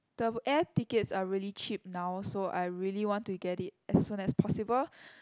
the air tickets are really cheap now so I really want to get it as soon as possible